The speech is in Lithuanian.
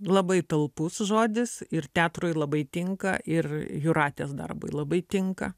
labai talpus žodis ir teatrui labai tinka ir jūratės darbui labai tinka